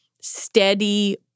steady